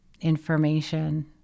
information